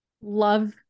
love